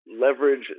leverage